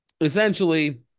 essentially